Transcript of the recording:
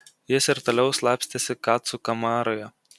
jis ir toliau slapstėsi kacų kamaroje